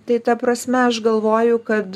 tai ta prasme aš galvoju kad